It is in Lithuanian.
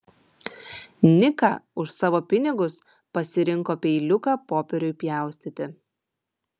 nika už savo pinigus pasirinko peiliuką popieriui pjaustyti